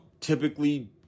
typically